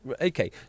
Okay